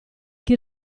chi